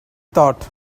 thought